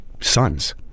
sons